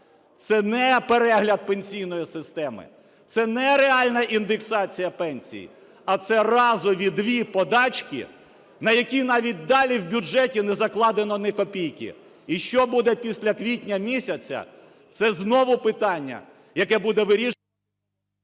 Це не перегляд пенсійної системи, це не реальна індексація пенсій, а це разові дві подачки, на які навіть далі в бюджеті не закладено ні копійки. І що буде після квітня місяця, це знову питання, яке буде… ГОЛОВУЮЧИЙ.